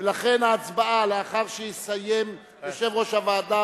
ולכן ההצבעה לאחר שיסיים יושב-ראש הוועדה